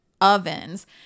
ovens